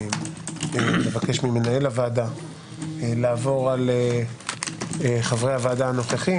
אבקש ממנהל הוועדה לעבור על חברי הוועדה הנוכחיים.